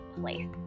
place